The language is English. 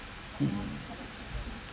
hmm